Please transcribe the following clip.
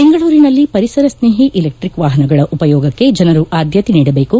ಬೆಂಗಳೂರಿನಲ್ಲಿ ಪರಿಸರ ಸ್ನೇಹಿ ಇಲೆಕ್ಟಿಕ್ ವಾಹನಗಳ ಉಪಯೋಗಕ್ಕೆ ಜನರು ಆದ್ಯತೆ ನೀಡಬೇಕು